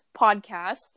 podcast